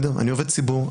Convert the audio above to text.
אני עובד ציבור,